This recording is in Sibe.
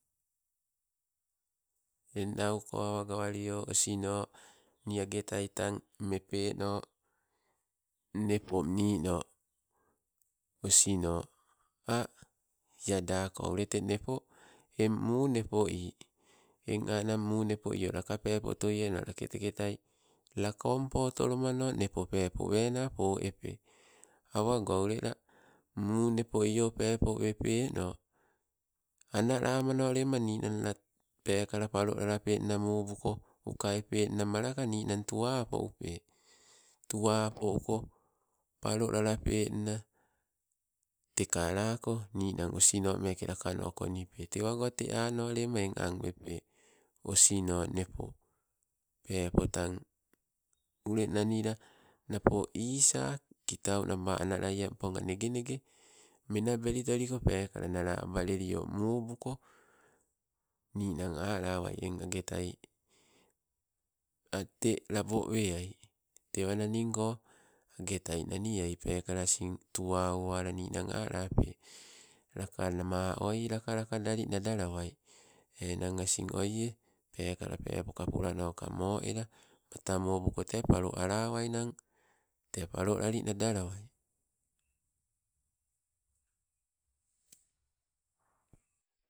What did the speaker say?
Eng nauko awagawalio osino, nii agetai tang mepeno, nepo nino osino as, iadako ule te nepo. Eng muu nepo ii, eng onang muu nepo laka pepo otoie, lake teke tai lakompo otolomano nepo pepo wena poepe. Awago ule la muu nepo io, pepo wepeno analamanolema ninang la, pekala palolale penna mubako, uka epe nna malaka ninang tawa apo upe, tuwa apo uko, palolalapenna teke alako, osno meke lakano konipe. Tewago te ano lema eng aang wepe, osino nepo. Peepo tang, ule nanila napo isa kitau nabanga ana lai empoga nege, nege menabeli toliko, peekala nala abalelio muu buko, ninang alawai eng agetai ate tee labo weai. Te wananingo agetai naniai pekala asin tuwa owala apepe, lakama o, oie lakalakadali nadalawai enang asin oie, pepoka pola noka moela matamobuko te palo alawai nan palolali nadalawai.